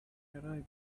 arriving